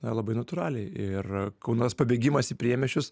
labai natūraliai ir kaunas pabėgimas į priemiesčius